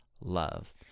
love